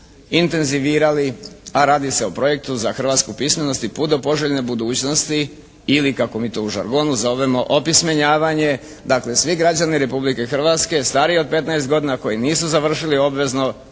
a radi se o projektu za hrvatsku pismenost i put do poželjne budućnosti ili kako mi to u žargonu zovemo opismenjavanje, dakle svi građani Republike Hrvatske stariji od 15 godina koji nisu završili obvezno,